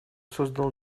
создал